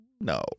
no